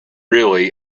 really